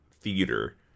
theater